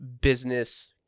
business